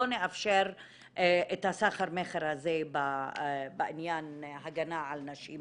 לא נאפשר את הסחר מכר הזה בעניין הגנה על נשים